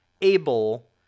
able